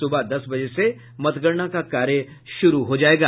सुबह दस बजे से मतगणना का कार्य शुरू हो जायेगा